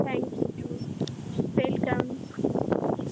thank you welcome